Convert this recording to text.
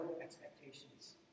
expectations